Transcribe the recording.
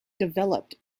developed